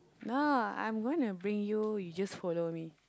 no I'm gonna bring you you just follow me